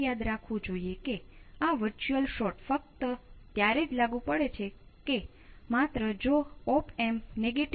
inductors છે જે L × dl ભાંગ્યા dt છે